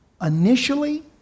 initially